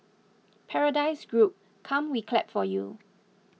Paradise Group come we clap for you